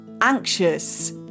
anxious